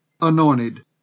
anointed